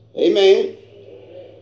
Amen